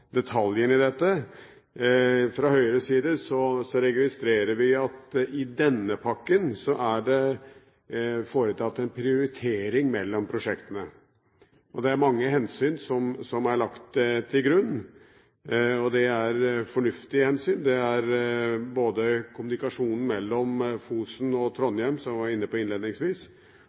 detaljene i dette. Fra Høyres side registrerer vi at i denne pakken er det foretatt en prioritering mellom prosjektene. Det er mange hensyn som er lagt til grunn, og det er fornuftige hensyn. Det er både kommunikasjonen mellom Fosen og Trondheim, som jeg var inne på innledningsvis,